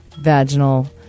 vaginal